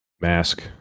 Mask